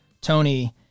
Tony